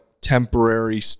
temporary